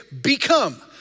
become